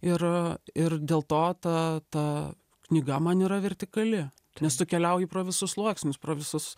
ir ir dėl to ta knyga man yra vertikali nes tu keliauji pro visus sluoksnius pro visus